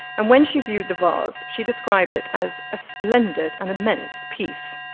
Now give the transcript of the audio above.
and when she viewed the vase, she described it as a splendid and immense piece.